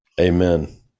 Amen